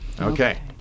Okay